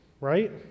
right